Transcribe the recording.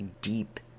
deep